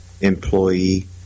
employee